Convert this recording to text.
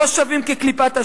שווים כקליפת השום.